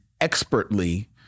expertly